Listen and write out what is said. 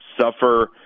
suffer